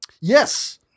Yes